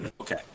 Okay